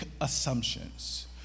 assumptions